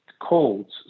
colds